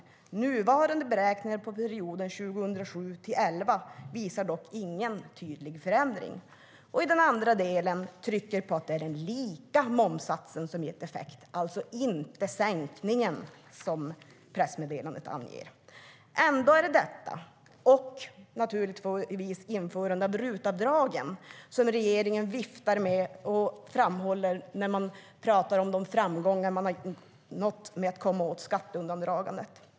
Dock visar nuvarande beräkningar för perioden 2007-2011 inga tydliga förändringar." Samtidigt trycker man i den andra delen på att det är den lika momssatsen som har gett effekt, alltså inte sänkningen som pressmeddelandet antyder. Ändå är det detta och naturligtvis införandet av och RUT-avdraget som regeringen viftar med och framhåller när de talar om de framgångar de har nått när det gäller att komma åt skatteundandragandet.